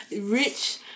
Rich